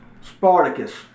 Spartacus